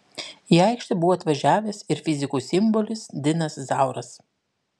į aikštę buvo atvažiavęs ir fizikų simbolis dinas zauras